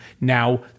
now